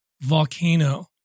volcano